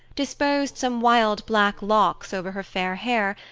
disposed some wild black locks over her fair hair,